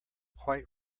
quite